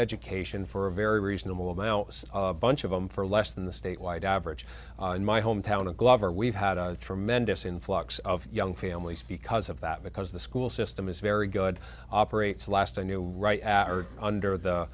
education for a very reasonable now bunch of them for less than the statewide average in my hometown of glover we've had a tremendous influx of young families because of that because the school system is very good operates last i knew right under the